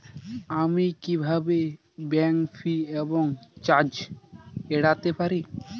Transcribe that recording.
আমি কিভাবে bank fee এবং চার্জ এড়াতে পারি?